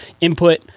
input